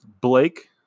Blake